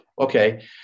okay